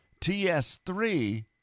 TS3